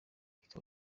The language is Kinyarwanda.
rikaba